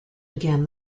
again